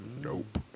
Nope